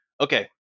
Okay